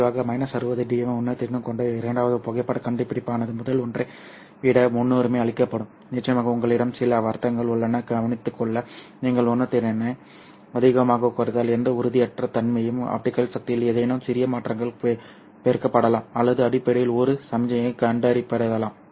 அல்லது இப்போது கீழே சென்று 60 dBm வரை அளவிடக்கூடிய 1 நானோ வாட் தெளிவாக 60 dBm உணர்திறன் கொண்ட இரண்டாவது புகைப்படக் கண்டுபிடிப்பானது முதல் ஒன்றை விட முன்னுரிமை அளிக்கப்படும் நிச்சயமாக உங்களிடம் சில வர்த்தகங்கள் உள்ளன கவனித்துக்கொள்ள நீங்கள் உணர்திறனை அதிகமாகக் குறைத்தால் எந்த உறுதியற்ற தன்மையும் ஆப்டிகல் சக்தியில் ஏதேனும் சிறிய மாற்றங்கள் பெருக்கப்படலாம் அல்லது அடிப்படையில் ஒரு சமிக்ஞையாகக் கண்டறியப்படலாம்